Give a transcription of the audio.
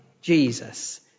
Jesus